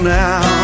now